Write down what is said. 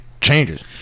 changes